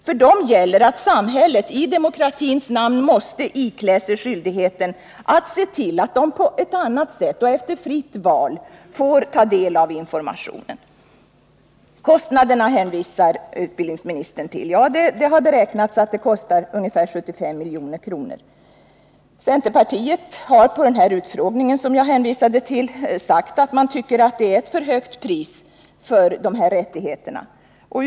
För dem gäller att samhället, i demokratins namn, måste iklä sig skyldigheten att se till att de på ett annat sätt än nu och efter eget fritt val får ta del av informationen. Utbildningsministern hänvisar till kostnaderna. Det har beräknats att det kostar ungefär 75 milj.kr. att genomföra kassettutgivning av dagspressen. Centerpartiet har vid den utfrågning som jag hänvisade till sagt att man tycker att det är ett för högt pris för att ge de synskadade dessa rättigheter.